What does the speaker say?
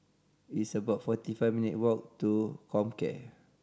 it's about forty four minute walk to Comcare